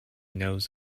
knows